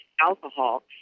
alcohol